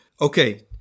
Okay